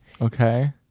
Okay